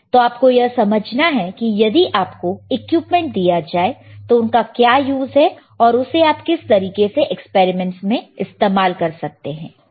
तो आपको यह समझना है कि यदि आपको इक्विपमेंट दिया जाए तो उनका क्या यूज है और उसे आप किस तरीके से एक्सपेरिमेंट्स में इस्तेमाल करेंगे